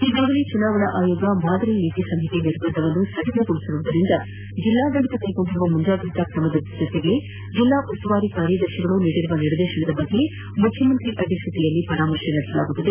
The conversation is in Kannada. ಈಗಾಗಲೇ ಚುನಾವಣಾ ಆಯೋಗ ಮಾದರಿ ನೀತಿ ಸಂಹಿತೆ ನಿರ್ಬಂಧವನ್ನು ಸಡಿಲಗೊಳಿಸಿರುವುದರಿಂದ ಜಿಲ್ಲಾಡಳಿತ ಕೈಗೊಂಡಿರುವ ಮುಂಜಾಗ್ರತಾ ಕ್ರಮದ ಜೊತೆಗೆ ಜಿಲ್ಲಾ ಉಸ್ತುವಾರಿ ಕಾರ್ಯದರ್ಶಿಗಳು ನೀಡಿರುವ ನಿರ್ದೇಶನದ ಬಗ್ಗೆ ಮುಖ್ಡಮಂತ್ರಿಯ ಅಧ್ಯಕ್ಷತೆಯಲ್ಲಿ ಪರಾಮರ್ಶೆ ನಡೆಯಲಿದೆ